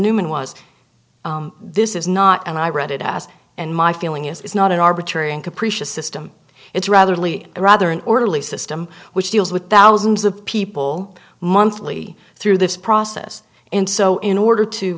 newman was this is not and i read it as and my feeling is it's not an arbitrary and capricious system it's rather lee rather an orderly system which deals with thousands of people monthly through this process and so in order to